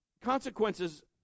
Consequences